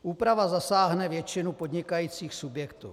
Úprava zasáhne většinu podnikajících subjektů.